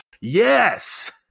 Yes